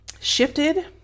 shifted